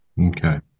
Okay